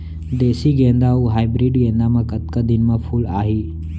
देसी गेंदा अऊ हाइब्रिड गेंदा म कतका दिन म फूल आही?